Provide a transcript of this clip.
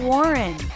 Warren